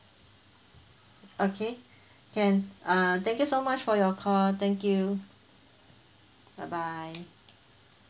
okay can uh thank you so much for your call thank you bye bye